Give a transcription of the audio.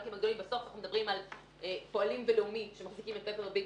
בסוף דברים על פועלים ולאומי שמחזיקים ב-פפר וביט,